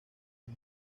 del